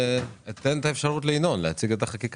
אתן את האפשרות לינון להציג את הצעת החוק,